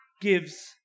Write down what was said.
gives